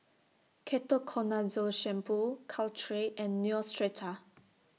Ketoconazole Shampoo Caltrate and Neostrata